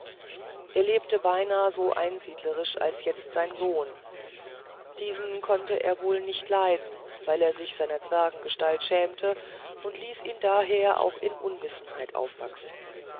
er lebte beinahe so einsiedlerisch als jetzt sein sohn diesen konnte er nicht wohl leiden weil er sich seiner zwerggestalt schämte und ließ ihn daher auch in unwissenheit aufwachsen